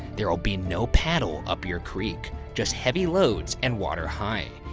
there'll be no paddle up your creek, just heavy loads and water high.